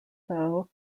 though